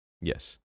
Yes